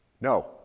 No